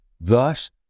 Thus